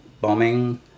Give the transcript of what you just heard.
bombing